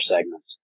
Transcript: segments